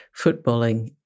footballing